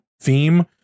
theme